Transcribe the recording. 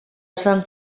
esan